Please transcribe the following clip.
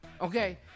Okay